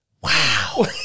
Wow